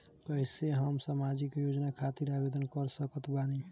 कैसे हम सामाजिक योजना खातिर आवेदन कर सकत बानी?